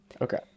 Okay